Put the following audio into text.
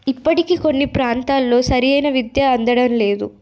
ఇప్పటికీ కొన్ని ప్రాంతాల్లో సరియైన విద్య అందడం లేదు